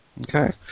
Okay